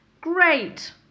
Great